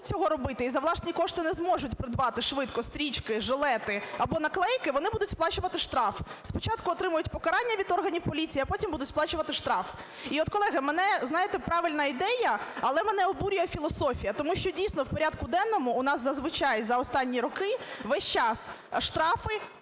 цього робити і за власні кошти не зможуть придбати швидко стрічки, жилети або наклейки, вони будуть сплачувати штраф. Спочатку отримають покарання від органів поліції, а потім будуть сплачувати штраф. І от, колеги, знаєте, правильна ідея, але мене обурює філософія. Тому що, дійсно, в порядку денному у нас зазвичай за останні роки весь час штрафи,